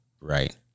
right